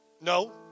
No